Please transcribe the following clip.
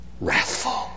wrathful